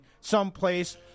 someplace